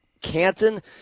Canton